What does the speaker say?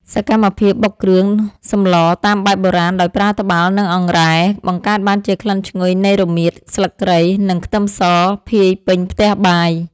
សកម្មភាពបុកគ្រឿងសម្លតាមបែបបុរាណដោយប្រើត្បាល់ និងអង្រែ បង្កើតបានជាក្លិនឈ្ងុយនៃរមៀត ស្លឹកគ្រៃ និងខ្ទឹមស ភាយពេញផ្ទះបាយ។